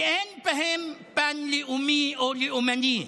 כי אין בהם פן לאומי או לאומני.